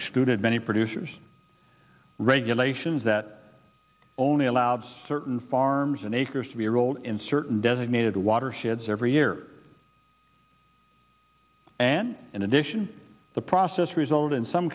excluded many producers regulations that only allowed certain farmers and acres to be rolled in certain designated watersheds every year and in addition the process resulted in some